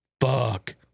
Fuck